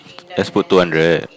just put two hundred